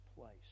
place